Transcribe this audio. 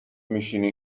میشینی